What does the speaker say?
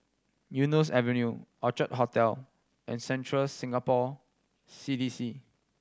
Eunos Avenue Orchid Hotel and Central Singapore C D C